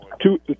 two